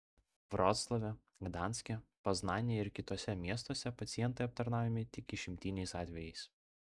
vroclave gdanske poznanėje ir kituose miestuose pacientai aptarnaujami tik išimtiniais atvejais